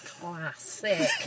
Classic